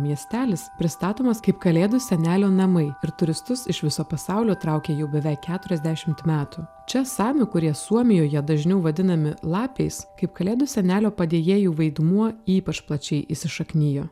miestelis pristatomas kaip kalėdų senelio namai ir turistus iš viso pasaulio traukia jau beveik keturiasdešimt metų čia samių kurie suomijoje dažniau vadinami lapiais kaip kalėdų senelio padėjėjų vaidmuo ypač plačiai įsišaknijo